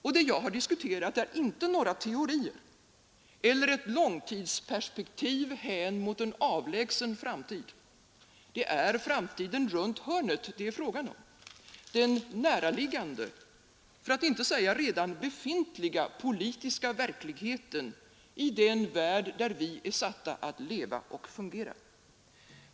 Och det jag har diskuterat är inte några teorier eller ett långtidsperspektiv hän mot en avlägsen framtid — det är framtiden runt hörnet det är fråga om, den näraliggande, för att inte säga den redan befintliga politiska verkligheten i den värld där vi är satta att leva och fungera.